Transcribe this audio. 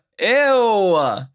Ew